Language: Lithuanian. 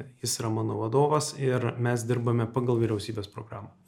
jis yra mano vadovas ir mes dirbame pagal vyriausybės programą